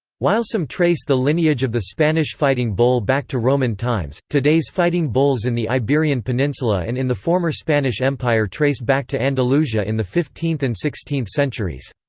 while some trace the lineage of the spanish fighting bull back to roman times, today's fighting bulls in the iberian peninsula and in the former spanish empire trace back to andalusia in the fifteenth and sixteenth centuries.